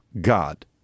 God